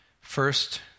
First